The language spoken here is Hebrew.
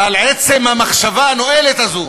אבל עצם המחשבה הנואלת הזו,